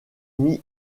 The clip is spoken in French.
mis